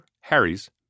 Harry's